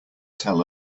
tell